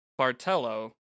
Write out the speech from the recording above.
Bartello